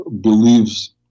beliefs